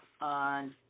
on